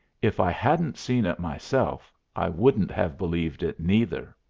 if i hadn't seen it myself i wouldn't have believed it neither.